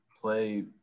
play